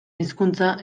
hizkuntza